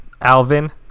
Alvin